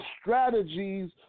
strategies